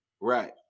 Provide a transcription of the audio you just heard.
Right